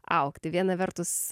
augti viena vertus